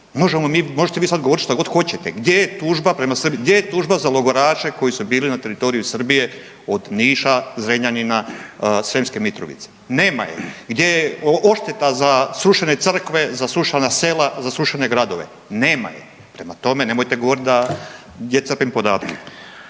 Možete vi sada govoriti što god hoćete. Gdje je tužba prema Srbija? Gdje je tužba za logoraše koji su bili na teritoriju Srbije od Niša, Zrenjanina, Sremske Mitrovice? Nema je. Gdje je odšteta za srušene crkve, za srušena sela, za srušene gradove? Nema je. Prema tome, nemojte govoriti da gdje crpim podatke.